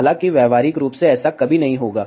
हालांकि व्यावहारिक रूप से ऐसा कभी नहीं होगा